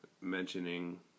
mentioning